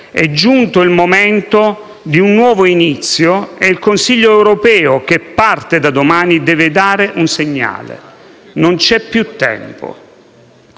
È giunto il momento di un nuovo inizio e il Consiglio europeo che parte domani deve dare un segnale; non c'è più tempo.